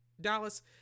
Dallas